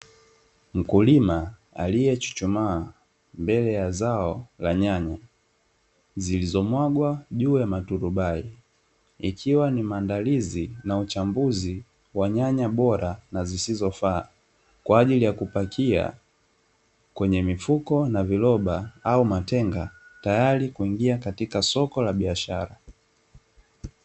Mkulima aliechuchumaa mbele ya zao la nyanya, zilizomwagwa juu ya maturubai ikiwa ni maandalizi na uchambuzi wa nyanya bora na zisizofaa, kwa ajili ya kupakia kwenye mifuko na viroba au matenga, tayari kwa kuingia katika soko la biashara .